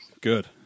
Good